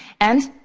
and